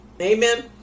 Amen